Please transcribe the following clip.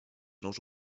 nous